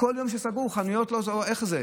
קודם סגרו, חנויות לא, איך זה?